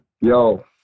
Yo